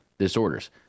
disorders